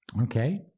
Okay